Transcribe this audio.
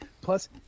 Plus